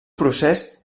procés